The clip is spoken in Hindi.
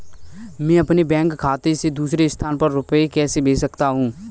मैं अपने बैंक खाते से दूसरे स्थान पर रुपए कैसे भेज सकता हूँ?